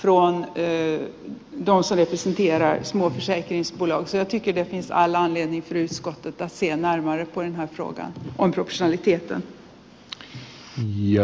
ruoan köö nousee esiin kiasma seitti iskulauseet iki de sallaan erityiskohteita sian arvoja kuin routa ärade herr talman